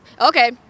Okay